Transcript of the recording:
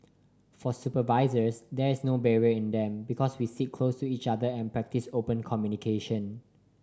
for supervisors there is no barrier in them because we sit close to each other and practice open communication